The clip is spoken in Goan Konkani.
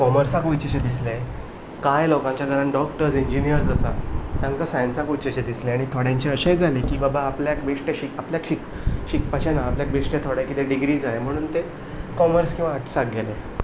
कॉमर्साक वयचें शें दिसलें कांय लोकांच्या घरांत डॉक्टर्स इंजिनियर्स आसात तांकां सायन्सांत वयचे शें दिसलें आनी थोड्यांचें अशेंय जालें की बाबा आपल्याक बेश्टे शिकप आपल्याक शिकपाचें ना बेश्टे थोडे किदें डिग्री जाय म्हणून ते कॉमर्स किंवां आर्यसाक गेले